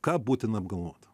ką būtina apgalvot